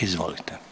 Izvolite.